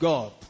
God